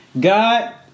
God